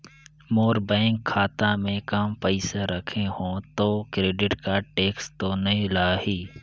मोर bank खाता मे काम पइसा रखे हो तो क्रेडिट कारड टेक्स तो नइ लाही???